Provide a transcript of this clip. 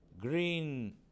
green